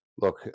Look